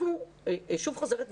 אני שוב חוזרת ואומרת,